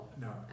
No